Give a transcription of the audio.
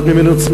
נכון.